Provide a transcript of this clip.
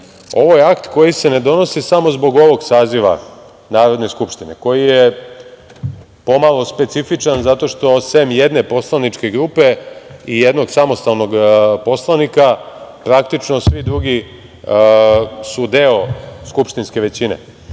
Ovo je akt koji se ne donosi samo zbog ovog saziva Narodne skupštine, koji je pomalo specifičan zato što, sem jedne poslaničke grupe i jednog samostalnog poslanika, praktično svi drugi su deo skupštinske većine.